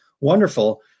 wonderful